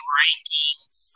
rankings